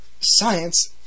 Science